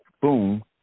boom